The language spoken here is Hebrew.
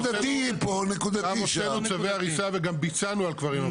גם הוצאנו צווי הריסה וביצענו על קברים,